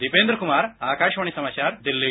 दीपेन्द्र कुमार आकाशवाणी समाचार दिल्ली